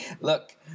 Look